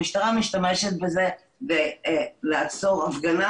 המשטרה משתמשת בזה כדי לעצור הפגנה